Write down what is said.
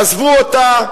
עזבו אותה,